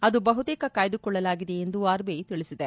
ಅದು ಬಹುತೇಕ ಕಾಯ್ದುಕೊಳ್ಳಲಾಗಿದೆ ಎಂದು ಆರ್ಬಿಐ ತಿಳಿಸಿದೆ